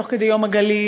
תוך כדי יום הגליל,